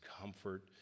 comfort